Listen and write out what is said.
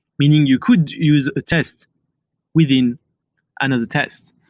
meaning you could use a test within another test.